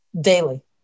daily